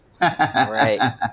Right